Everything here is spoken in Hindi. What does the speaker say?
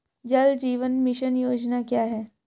जल जीवन मिशन योजना क्या है?